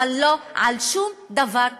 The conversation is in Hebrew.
אבל לא על שום דבר אחר.